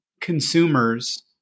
consumers